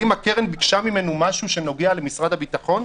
האם הקרן ביקשה ממנו משהו שנוגע למשרד הביטחון?